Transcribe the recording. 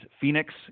Phoenix